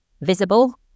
visible